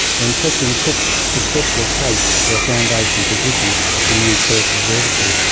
when pressing cooke's successful case for a foundation position at the new perth observatory.